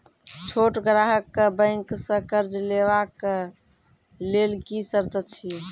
छोट ग्राहक कअ बैंक सऽ कर्ज लेवाक लेल की सर्त अछि?